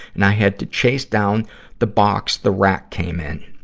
and i had to chase down the box the rack came in.